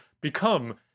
become